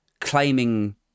claiming